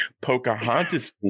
pocahontas